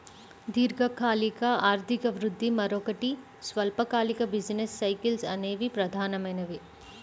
దీర్ఘకాలిక ఆర్థిక వృద్ధి, మరోటి స్వల్పకాలిక బిజినెస్ సైకిల్స్ అనేవి ప్రధానమైనవి